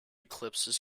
ellipses